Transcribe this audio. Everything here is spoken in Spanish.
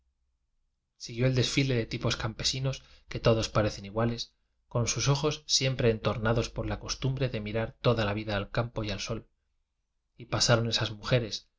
siguió el desfile de tipos campesinos que todos parecen iguales con sus ojos siempre entornados por la costumbre de mirar toda la vida al campo y al so y pasaron esas mujeres